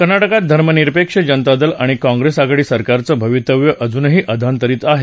कर्नाटकात धर्मनिरपेक्ष जनता दल आणि काँप्रेस आघाडी सरकारचं भवितव्य अजूनही अधांतरिच आहे